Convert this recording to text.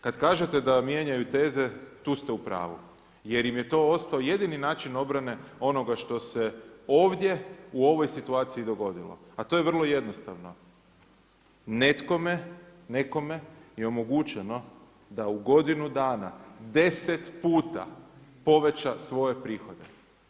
Kada kažete da mijenjaju teze, tu ste upravu jer im je to ostao jedini način obrane onoga što se ovdje u ovoj situaciji dogodilo, a to je vrlo jednostavno, nekome je omogućeno da u godinu dana deset puta poveća svoje prihoda.